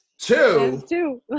Two